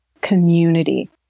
community